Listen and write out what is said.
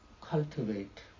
cultivate